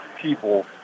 people